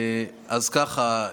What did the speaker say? אז ככה,